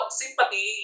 sympathy